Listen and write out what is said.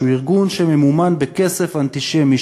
שהוא ארגון שממומן בכסף אנטישמי,